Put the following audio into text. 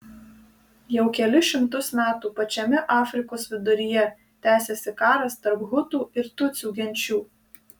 jau kelis šimtus metų pačiame afrikos viduryje tęsiasi karas tarp hutų ir tutsių genčių